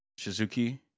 Shizuki